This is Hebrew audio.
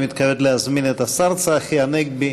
אני מתכבד להזמין את השר צחי הנגבי